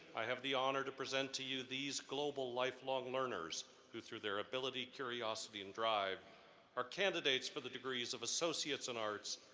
i have the honor to present to you these global lifelong learners who through their ability, curiosity, and drive are candidates for the degrees of associate in arts,